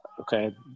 Okay